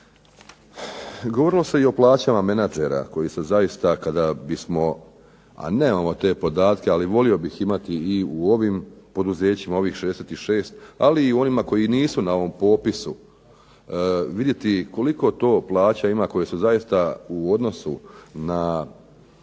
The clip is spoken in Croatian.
Govorilo se i o plaćama menadžera koji su zaista kada bismo a nemamo te podatke, a volio bih imati i u ovim poduzećima u ovih 66 ali i onima koji nisu na ovom popisu vidjeti koliko to plaća ima koje su zaista u odnosu na